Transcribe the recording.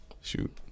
Shoot